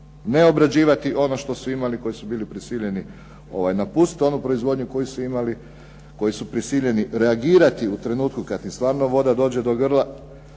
ne obrađivati ono što su imali, koji su bili prisiljeni napustiti onu proizvodnju koju su imali, koji su prisiljeni reagirati u trenutku kada im stvarno voda dođe do grla